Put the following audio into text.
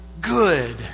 good